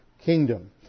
kingdom